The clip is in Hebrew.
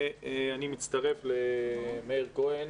אני מצטרף לדבריו של מאיר כהן.